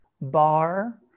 bar